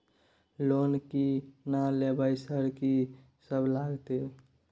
Loan की ना लेबय सर कि सब लगतै?